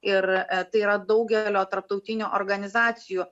ir tai yra daugelio tarptautinių organizacijų